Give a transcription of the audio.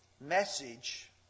message